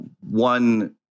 one